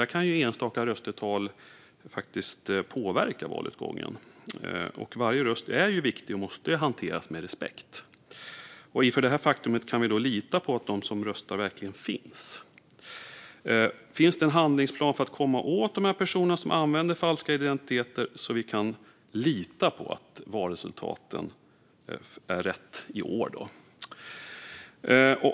Då kan enstaka röster påverka valutgången, och varje röst är viktig och måste hanteras med respekt. Inför detta faktum, kan vi lita på att de som röstar verkligen finns? Finns det en handlingsplan för att komma åt personer som använder falska identiteter så att vi kan lita på årets valresultat?